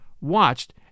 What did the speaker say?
watched